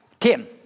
Tim